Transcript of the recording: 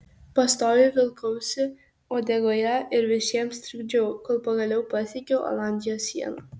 pastoviai vilkausi uodegoje ir visiems trukdžiau kol pagaliau pasiekiau olandijos sieną